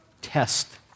test